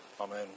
Amen